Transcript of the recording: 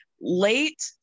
late